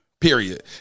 period